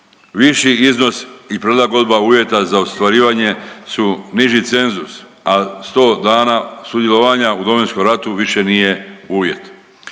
viši iznos i prilagodba uvjeta za ostvarivanje su niži cenzus, a 100 dana sudjelovanja u Domovinskom ratu više nije uvjet.